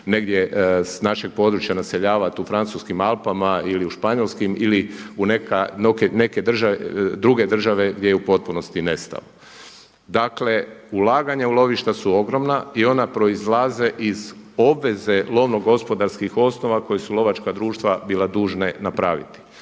negdje s našeg područja naseljavati u francuskim Alpama ili u španjolskim ili u neke druge države gdje je u potpunosti nestao. Dakle, ulaganja u lovišta su ogromna i ona proizlaze iz obveze lovno gospodarskih osnova koje su lovačka društva bile dužne napraviti.